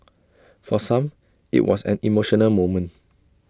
for some IT was an emotional moment